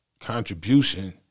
contribution